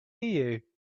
you